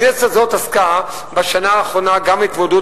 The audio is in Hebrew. הכנסת הזאת עסקה בשנה האחרונה גם בהתמודדות